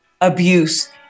abuse